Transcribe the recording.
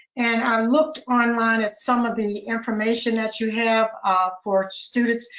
and i've looked online at some of the information that you have ah for students.